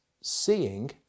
seeing